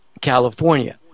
California